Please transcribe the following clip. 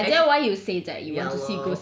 alright okay so